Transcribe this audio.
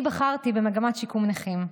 אני בחרתי במגמת שיקום הנכים.